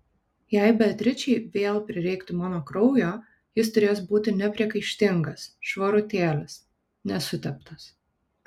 jei beatričei vėl prireiktų mano kraujo jis turės būti nepriekaištingas švarutėlis nesuteptas